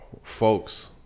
Folks